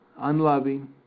unloving